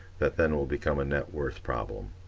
that then will become a net worth problem.